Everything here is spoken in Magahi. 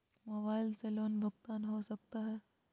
मोबाइल से लोन भुगतान हो सकता है?